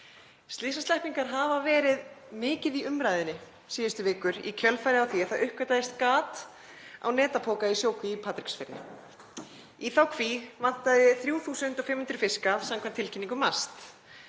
Slysasleppingar hafa verið mikið í umræðunni síðustu vikur í kjölfarið á því að það uppgötvaðist gat á netapoka í sjókví í Patreksfirði. Í þá kví vantaði 3.500 fiska samkvæmt tilkynningu MAST.